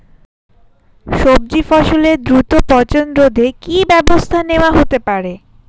সবজি ফসলের দ্রুত পচন রোধে কি ব্যবস্থা নেয়া হতে পারে?